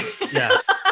yes